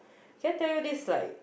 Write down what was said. can I tell you this like